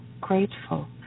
grateful